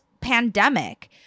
pandemic